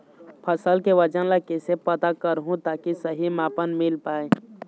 फसल के वजन ला कैसे पता करहूं ताकि सही मापन मील पाए?